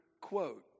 quote